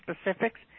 specifics